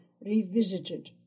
revisited